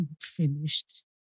Finished